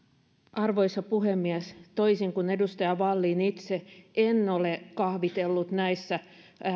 arvoisa puhemies toisin kuin edustaja vallin itse en ole kahvitellut näissä